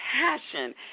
passion